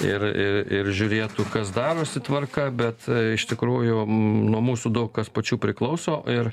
ir ir ir žiūrėtų kas darosi tvarka bet iš tikrųjų nuo mūsų daug kas pačių priklauso ir